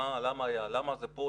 למה זה פה?